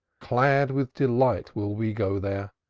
clad with delight will we go there,